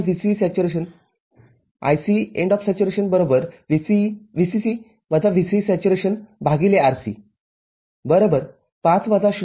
Vout VCE IC VCC - VCERC ५ ०